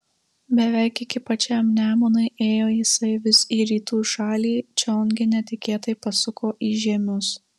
beveik iki pačiam nemunui ėjo jisai vis į rytų šalį čion gi netikėtai pasuko į žiemius